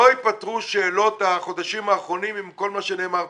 לא ייפתרו שאלות החודשים האחרונים עם כל מה שנאמר כאן.